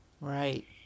Right